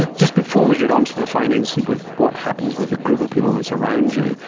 just before we get onto the findings with what happens with the group of people that is around you,